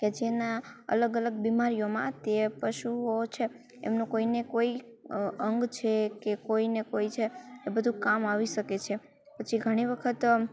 કે જેના અલગ અલગ બીમારીઓમાં તે પશુઓ છે એમનું કોઈને કોઈ અંગ છે કે કોઈને કોઈ છે એ બધું કામ આવી શકે છે પછી ઘણી વખત